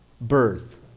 birth